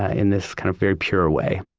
ah in this kind of very pure way